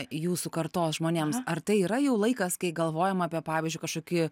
jūsų kartos žmonėms ar tai yra jau laikas kai galvojama apie pavyzdžiui kažkokį